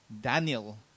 Daniel